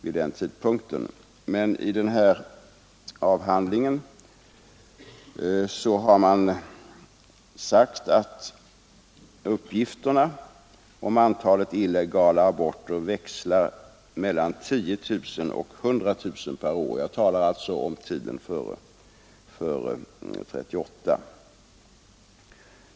I den aktuella avhandlingen har emellertid sagts att antalet illegala aborter växlar mellan 10 000 och 100 000 per år. Detta avser alltså tiden före 1938.